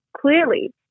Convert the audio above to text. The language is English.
clearly